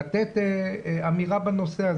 לתת אמירה בנושא.